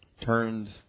turned